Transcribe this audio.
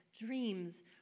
dreams